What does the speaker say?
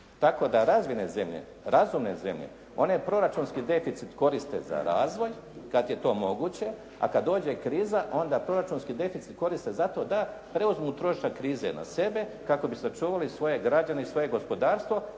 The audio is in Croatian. zemlje, razumne zemlje one proračunski deficit koriste za razvoj kad je to moguće, a kad dođe kriza onda proračunski deficit koriste zato da preuzmu trošak krize na sebe kako bi sačuvali svoje građane i svoje gospodarstvo